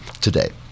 today